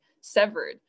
severed